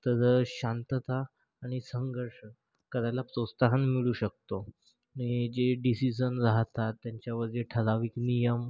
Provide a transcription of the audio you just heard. तर शांतता आणि संघर्ष करायला प्रोत्साहन मिळू शकतो आणि जे डिसिजन राहतात त्यांच्यावरती ठराविक नियम